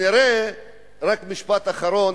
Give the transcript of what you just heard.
משפט אחרון,